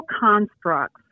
constructs